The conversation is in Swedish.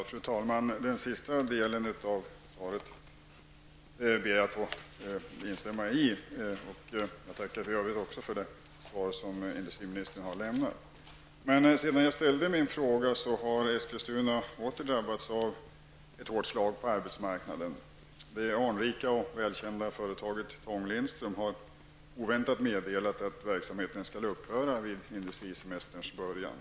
Fru talman! Den sista delen av svaret ber jag att få instämma i. Jag tackar också i övrigt för det svar som industriministern har lämnat. Sedan jag ställde min fråga har dock Eskilstuna åter drabbats av ett hårt slag på arbetsmarknaden. Det anrika och välkända företaget F E Lindström AB har oväntat meddelat att verksamheten där skall upphöra vid industrisemesterns början.